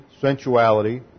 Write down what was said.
sensuality